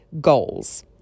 goals